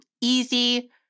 easy